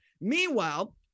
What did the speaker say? Meanwhile